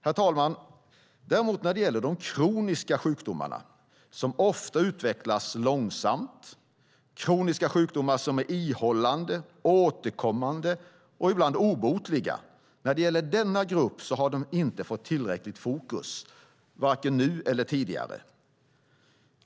Herr talman! När det däremot gäller de kroniska sjukdomarna, som ofta utvecklas långsamt och är ihållande, återkommande och ibland obotliga, har den gruppen inte haft tillräckligt fokus vare sig nu eller tidigare.